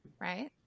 right